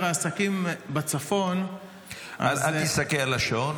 העסקים בצפון --- אל תסתכל על השעון,